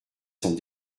sont